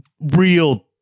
real